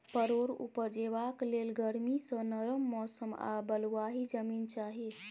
परोर उपजेबाक लेल गरमी सँ नरम मौसम आ बलुआही जमीन चाही